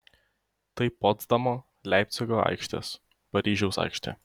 tai potsdamo leipcigo aikštės paryžiaus aikštė